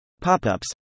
Pop-ups